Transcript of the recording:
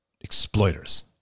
exploiters